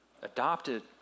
adopted